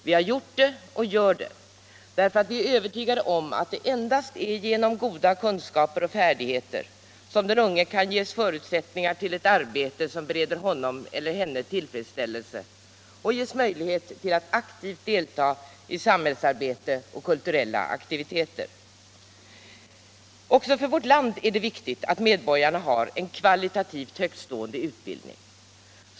Vi har gjort det och gör det därför att vi är övertygade om att det endast är genom goda kunskaper och färdigheter som den unge kan ges förutsättningar för ett arbete som bereder honom eller henne tillfredsställelse och möjlighet att aktivt delta i samhällsarbete och kulturella aktiviteter. Också för vårt land är det viktigt att medborgarna har en kvalitativt högt stående utbildning.